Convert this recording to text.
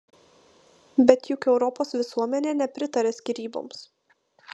bet juk europos visuomenė nepritaria skyryboms